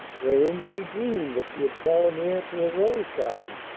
wherein she dreamed that she had fallen heir to a rose-garden,